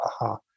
aha